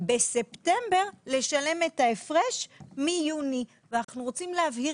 בספטמבר לשלם את ההפרש מיוני ואנחנו רוצים להבהיר